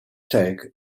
take